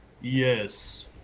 yes